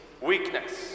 weakness